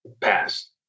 past